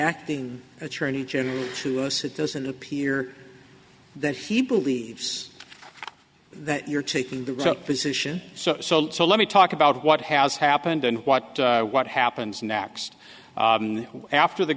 acting attorney general to us it doesn't appear that he believes that you're taking the position so so so let me talk about what has happened and what what happens next after the